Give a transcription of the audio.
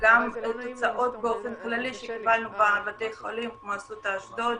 וגם תוצאות באופן כללי שקיבלנו בבתי חולים כמו אסותא אשדוד,